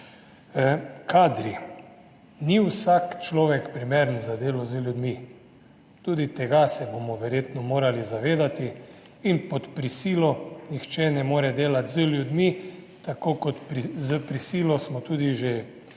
Kadri. Ni vsak človek primeren za delo z ljudmi. Tudi tega se bomo verjetno morali zavedati in pod prisilo nihče ne more delati z ljudmi, tako kot s prisilo smo tudi že šest,